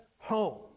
home